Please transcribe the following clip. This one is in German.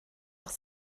auch